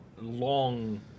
long